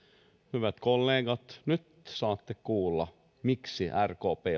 hyvät kollegat nyt saatte kuulla miksi rkp